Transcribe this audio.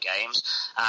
games